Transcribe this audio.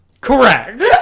correct